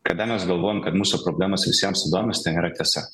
kada mes galvojom kad mūsų problemos visiems įdomios tai nėra tiesa